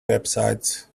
websites